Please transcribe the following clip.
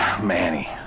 Manny